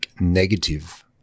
negative